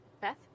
Beth